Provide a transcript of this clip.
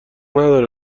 نداره